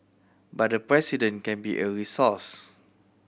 but the President can be a resource